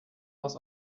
aus